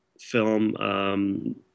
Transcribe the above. film